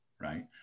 right